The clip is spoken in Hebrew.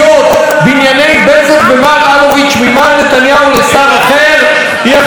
אלוביץ' ממר נתניהו לשר אחר היא החלטה שהייתה צריכה להתקבל מזמן.